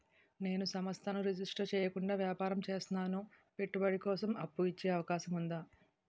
నేను సంస్థను రిజిస్టర్ చేయకుండా వ్యాపారం చేస్తున్నాను పెట్టుబడి కోసం అప్పు ఇచ్చే అవకాశం ఉందా?